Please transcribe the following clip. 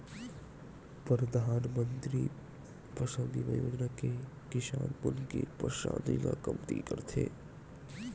परधानमंतरी फसल बीमा योजना ह किसान मन के परसानी ल कमती करथे